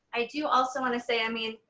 i do also wanna say, i mean,